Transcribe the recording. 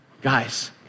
Guys